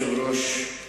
אדוני היושב-ראש,